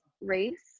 race